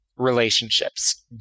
relationships